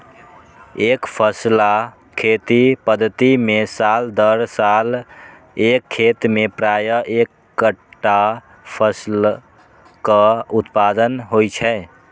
एकफसला खेती पद्धति मे साल दर साल एक खेत मे प्रायः एक्केटा फसलक उत्पादन होइ छै